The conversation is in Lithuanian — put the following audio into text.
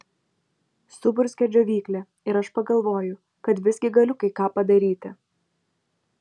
suburzgia džiovyklė ir aš pagalvoju kad visgi galiu kai ką padaryti